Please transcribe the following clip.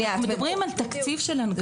אנחנו מדברים על תקציב של הנגשה.